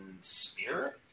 spirit